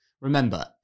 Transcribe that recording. Remember